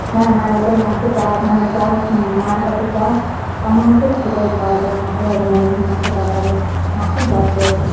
হ্যাঁ হ্যাঁ ওটা মাকে যা মানে যা মার কাছে যা কামনা করি সেটাই পাওয়া যায় মা কে একমনে যদি মাকে ডাকা যায় মা খুব জাগ্রত